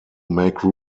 make